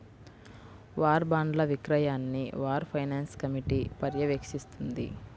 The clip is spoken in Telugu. వార్ బాండ్ల విక్రయాన్ని వార్ ఫైనాన్స్ కమిటీ పర్యవేక్షిస్తుంది